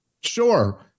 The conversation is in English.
sure